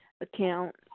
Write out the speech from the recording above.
account